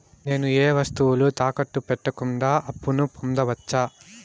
నేను ఏ వస్తువులు తాకట్టు పెట్టకుండా అప్పును పొందవచ్చా?